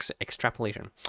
extrapolation